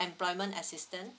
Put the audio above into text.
employment assistance